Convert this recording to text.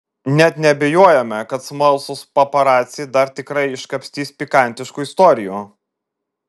net neabejojame kad smalsūs paparaciai dar tikrai iškapstys pikantiškų istorijų